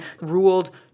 ruled